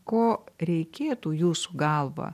ko reikėtų jūsų galva